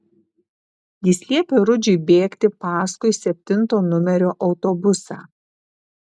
jis liepė rudžiui bėgti paskui septinto numerio autobusą